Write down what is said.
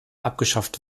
abgeschafft